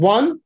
One